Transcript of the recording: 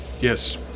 Yes